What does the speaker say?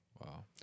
Wow